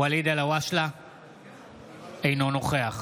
אינו נוכח